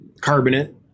carbonate